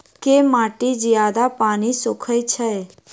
केँ माटि जियादा पानि सोखय छै?